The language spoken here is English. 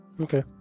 Okay